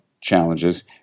challenges